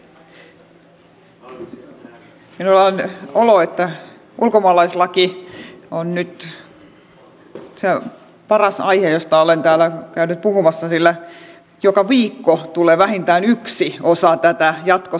minulla on olo että ulkomaalaislaki on nyt paras aihe josta olen täällä käynyt puhumassa sillä joka viikko tulee vähintään yksi osa tätä jatkosarjaa